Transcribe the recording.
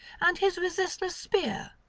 and his resistless spear,